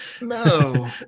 No